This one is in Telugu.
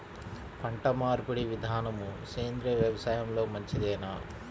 పంటమార్పిడి విధానము సేంద్రియ వ్యవసాయంలో మంచిదేనా?